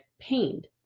pained